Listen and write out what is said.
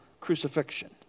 crucifixion